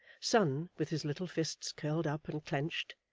son, with his little fists curled up and clenched,